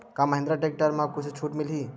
का महिंद्रा टेक्टर म कुछु छुट मिलही?